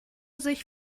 sich